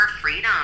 freedom